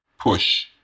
push